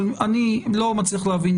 אבל אני לא מצליח להבין